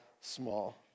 small